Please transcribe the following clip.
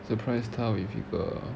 surprise 她 with 一个